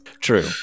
True